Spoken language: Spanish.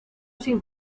sin